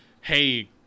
Hey